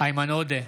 איימן עודה,